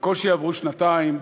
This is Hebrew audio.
בקושי עברו שנתיים.